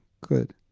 Good